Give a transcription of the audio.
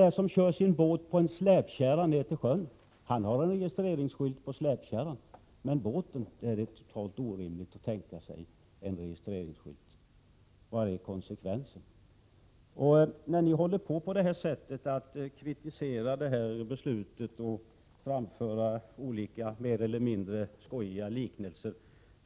Den som kör sin båt på en släpkärra ner till sjön har en registreringsskylt på släpkärran. Men när det gäller båten är det totalt orimligt att tänka sig en registreringsskylt. Vari ligger konsekvensen? När man på detta sätt kritiserar beslutet och framför olika mer eller mindre skojiga liknelser,